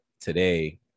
today